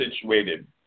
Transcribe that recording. situated